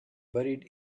buried